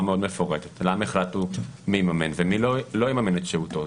מאוד מפורטת למה החלטנו מי יממן ומי לא יממן את שהותו.